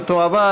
ותועבר